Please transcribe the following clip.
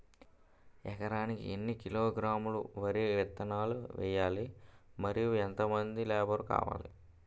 ఎకరానికి ఎన్ని కిలోగ్రాములు వరి విత్తనాలు వేయాలి? మరియు ఎంత మంది లేబర్ కావాలి?